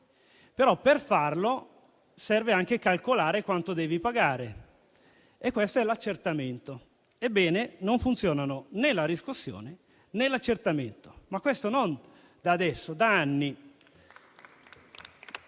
Per farlo, però, serve anche calcolare quanto si deve pagare, e questo è l'accertamento. Ebbene, non funzionano né la riscossione né l'accertamento, ma questo non da adesso, bensì